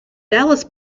dallas